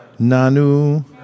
Nanu